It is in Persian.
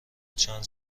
چند